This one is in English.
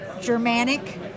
Germanic